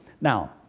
Now